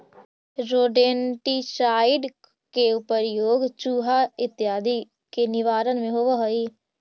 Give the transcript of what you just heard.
rodenticide के प्रयोग चुहा इत्यादि के निवारण में होवऽ हई